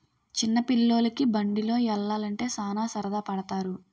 చిన్న పిల్లోలికి బండిలో యల్లాలంటే సాన సరదా పడతారు